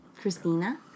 Christina